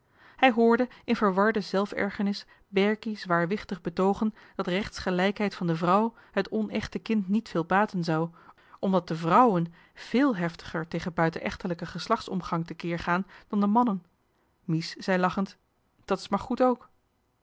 hij hoorde in verwarde zelf ergernis berkie zwaarwichtig betoogen dat rechtsgelijkheid van de vrouw het onechte kind niet veel baten zou omdat de vrouwen veel heftiger tegen buiten echtelijken geslachtsomgang te keer gaan dan de mannen mies zei lachend dat is maar goed ook